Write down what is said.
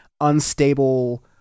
unstable